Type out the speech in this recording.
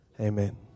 Amen